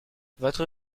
votre